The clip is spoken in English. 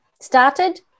started